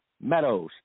Meadows